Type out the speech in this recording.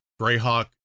Greyhawk